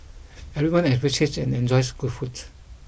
everyone appreciates and enjoys good foods